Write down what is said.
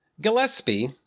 Gillespie